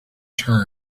turned